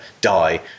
die